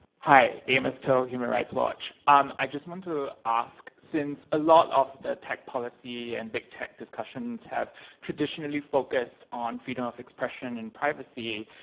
hi, amus toh, human rights watch. um i just want to ask, since a lot of the tech policy and big tech discussions have traditionally focused on freedom of expression and privacy,